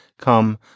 come